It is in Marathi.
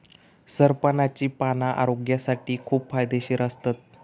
सरपणाची पाना आरोग्यासाठी खूप फायदेशीर असतत